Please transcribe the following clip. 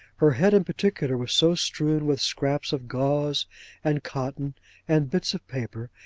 her head in particular was so strewn with scraps of gauze and cotton and bits of paper,